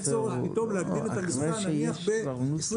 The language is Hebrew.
צורך פתאום להגדיל את המכסה נניח ב-20%?